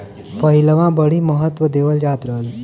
पहिलवां बड़ी महत्त्व देवल जात रहल